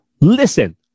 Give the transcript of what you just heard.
listen